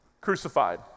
crucified